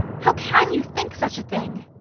how can you think such a thing?